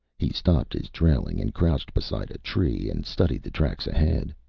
he stopped his trailing and crouched beside a tree and studied the tracks ahead.